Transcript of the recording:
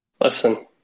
Listen